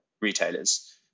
retailers